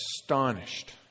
astonished